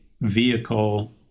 vehicle